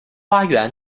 花园